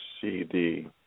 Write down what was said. CD